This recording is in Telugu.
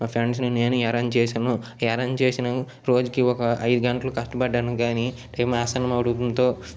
మా ఫ్రెండ్సును నేను అరెంజ్ చేశాను ఈ అరెంజ్ చేసిన రోజుకి ఒక ఐదు గంటలు కష్టపడ్డాను కానీ టైం ఆసన్నం అవ్వడంతో